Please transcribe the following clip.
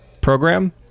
program